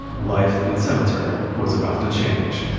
life in a cemetery was about to change.